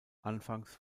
anfangs